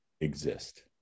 exist